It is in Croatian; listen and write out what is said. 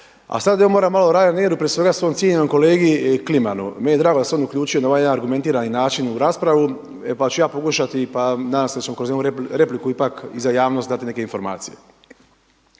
A sada evo moram malo o Ryanairu prije svega svom cijenjenom kolegi Klimanu. Meni je drago da se on uključio na ovaj jedan argumentirani način u raspravu pa ću ja pokušati pa nadam se da ćemo kroz jednu repliku ipak i za javnost dati neke informacije.